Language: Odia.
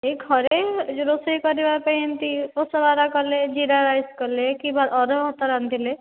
ଏ ଘରେ ରୋଷେଇ ଯେଉଁ କରିବା ପାଇଁ ଏମିତି ଓଷା ବାର କଲେ ଜିରା ରାଇସ୍ କଲେ କିମ୍ବା ଅରୁଆ ଭାତ ରାନ୍ଧିଲେ